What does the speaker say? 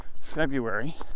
February